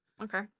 okay